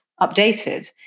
updated